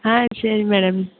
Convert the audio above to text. ஆ சரி மேடம்